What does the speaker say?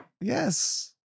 yes